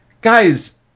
Guys